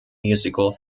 musical